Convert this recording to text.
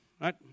right